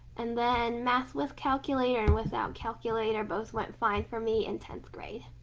and then math with calculator and without calculator both went fine for me in tenth grade.